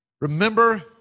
Remember